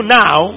now